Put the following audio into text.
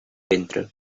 ventre